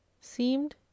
seemed